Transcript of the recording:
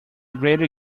greater